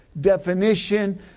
definition